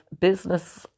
business